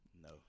No